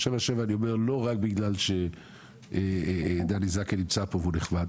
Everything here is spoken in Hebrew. לא רק בגלל שדני זקן נמצא פה והוא נחמד,